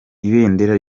ibendera